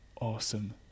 awesome